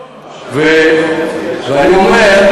סוריה, ואני אומר,